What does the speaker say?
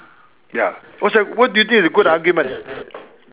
ya what's that what do you think is a good argument